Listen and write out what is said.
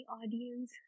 audience